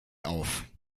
auf